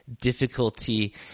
difficulty